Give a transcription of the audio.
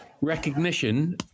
recognition